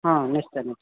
ହଁ ନିଶ୍ଚୟ ନିଶ୍ଚୟ